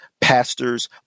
pastors